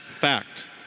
fact